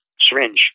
syringe